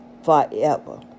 Forever